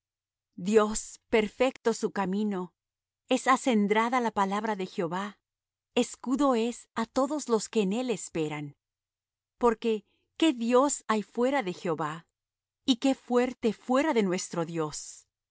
dios perfecto su camino es acendrada la palabra de jehová escudo es á todos los que en él esperan porque qué dios hay fuera de jehová y qué fuerte fuera de nuestro dios